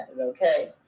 okay